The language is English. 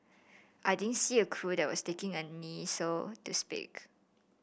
I didn't see a crew that was taking a knee so to speak